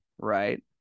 right